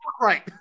right